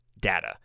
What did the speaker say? Data